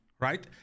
right